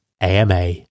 AMA